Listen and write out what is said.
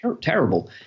terrible